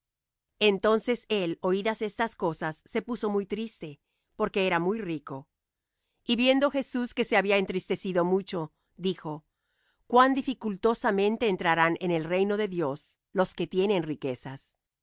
entonces él oídas estas cosas se puso muy triste porque era muy rico y viendo jesús que se había entristecido mucho dijo cuán dificultosamente entrarán en el reino de dios los que tienen riquezas